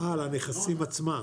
על הנכסים עצמם.